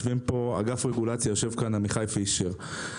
יושב פה עמיחי פישר מאגף רגולציה.